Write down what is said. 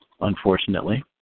unfortunately